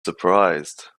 surprised